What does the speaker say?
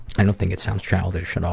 i don't think it sounds childish at all,